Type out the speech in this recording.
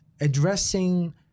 Addressing